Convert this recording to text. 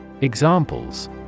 Examples